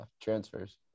transfers